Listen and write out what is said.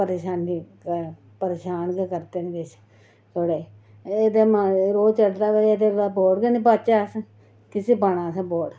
परेशानी ऐ परेशान गै करदे न थोह्ड़े एह्दे रोह् चढ़दा वोट गै निं पाह्चै अस किसी पाना असें वोट